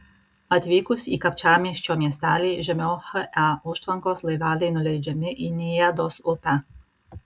atvykus į kapčiamiesčio miestelį žemiau he užtvankos laiveliai nuleidžiami į niedos upę